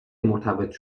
مرتبط